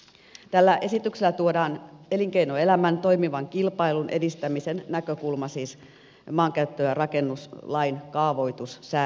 tällä esityksellä tuodaan elinkeinoelämän toimivan kilpailun edistämisen näkökulma siis maankäyttö ja rakennuslain kaavoitussäännöksiin